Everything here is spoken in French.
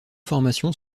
formations